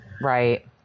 Right